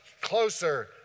closer